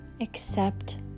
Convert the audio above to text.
accept